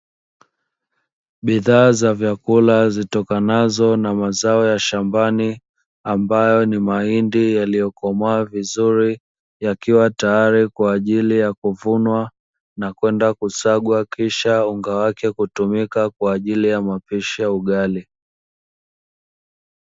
Bidhaa za vyakula zitokanazo na mazao ya shambani, ambayo ni mahindi yaliyokomaa vizuri, yakiwa tayari kwa ajili ya kuvunwa na kwenda kusagwa, kisha unga wake kutumika kwa ajili ya mapishi ya ugali.